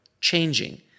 changing